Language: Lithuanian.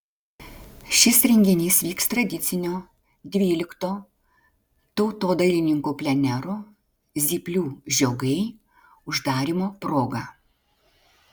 šis renginys vyks tradicinio dvylikto tautodailininkų plenero zyplių žiogai uždarymo proga